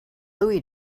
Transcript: louie